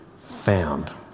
found